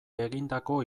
egindako